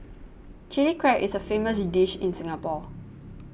Chilli Crab is a famous dish in Singapore